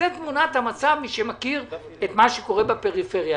זו תמונת המצב, מי שמכיר את מה שקורה בפריפריה.